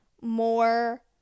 more